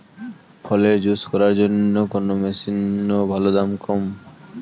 ফলের জুস করার জন্য কোন মেশিন ভালো ও দাম কম?